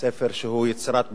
ספר שהוא יצירת מופת,